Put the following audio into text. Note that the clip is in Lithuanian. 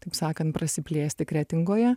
taip sakant prasiplėsti kretingoje